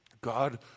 God